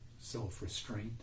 self-restraint